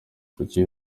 kuki